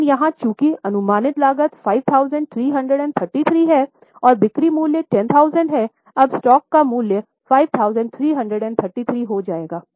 लेकिन यहाँ चूंकि अनुमानित लागत 5333 है और बिक्री मूल्य 10000 है अब स्टॉक का मूल्य 5333 हो जाएगा